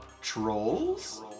Trolls